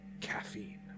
caffeine